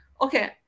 Okay